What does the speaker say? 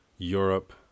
Europe